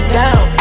down